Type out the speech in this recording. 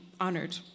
honored